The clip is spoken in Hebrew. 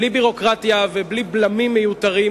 בלי ביורוקרטיה ובלי בלמים מיותרים,